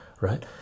right